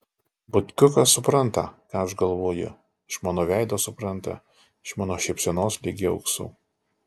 butkiukas supranta ką aš galvoju iš mano veido supranta iš mano šypsenos ligi ausų